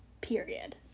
Period